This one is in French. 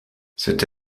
cette